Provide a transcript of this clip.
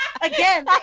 Again